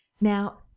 now